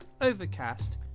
Overcast